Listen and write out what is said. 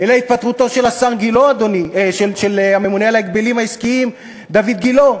אלא התפטרותו של הממונה על ההגבלים העסקיים דיויד גילה,